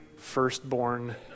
firstborn